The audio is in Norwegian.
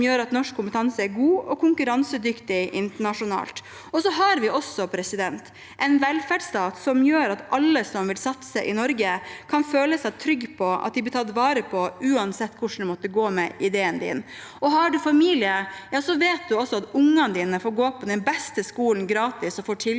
som gjør at norsk kompetanse er god og konkurransedyktig internasjonalt. Vi har også en velferdsstat som gjør at alle som vil satse i Norge, kan føle seg trygge på at de blir tatt vare på uansett hvordan det måtte gå med ideen deres. Har de familie, vet de også at ungene deres får gå gratis på den beste skolen og får tilbud